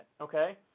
okay